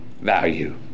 value